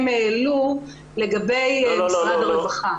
המיניות באופן מאוד-מאוד רחב.